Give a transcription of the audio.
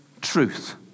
truth